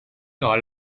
all